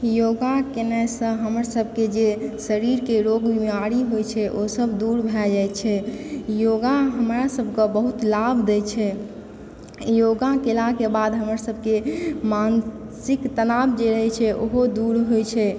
योगा कयने सऽ हमर सभ के जे शरीर के रोग बीमारी होइ छै ओसब दूर भय जाइ छै योगा हमरा सभ के बहुत लाभ दै छै योगा केलाके बाद हमर सभके मानसिक तनाव जे होइ छै ओहो दूर होइ छै